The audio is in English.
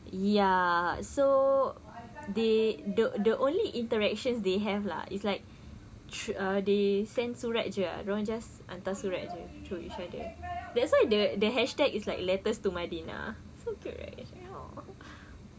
ya so they the the only interactions they have lah it's like they send surat jer dorang just hantar surat jer through each other that's why the the hashtag is like letters to medina so cute right